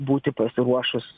būti pasiruošus